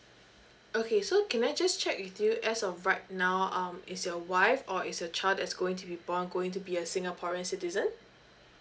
okay so can I just check with you as of right now um is your wife or is your child that is going to be born going to be a singaporean citizen